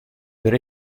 der